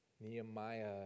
Nehemiah